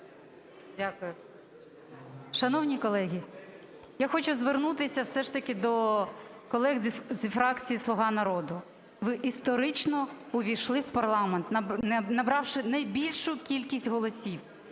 Дякую. Шановні колеги, я хочу звернутися все ж таки до колег із фракції "Слуга народу". Ви історично увійшли у парламент, набравши найбільшу кількість голосів,